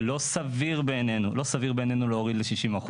לא סביר בעניינו להוריד ל-60%.